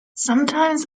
sometimes